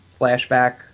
flashback